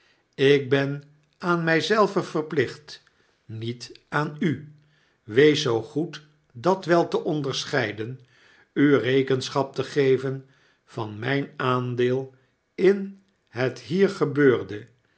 jk ben aan my zelven verplicht niet aan u wees zoo goed dat wel te onderscheiden u rekenschap te geven van myn aandeel in het hier gebeurde